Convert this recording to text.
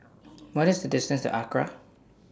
What IS The distance to Acra